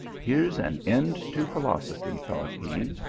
here s an end to philosophy, thought he.